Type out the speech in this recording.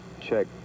check